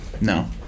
No